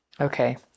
okay